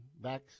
Back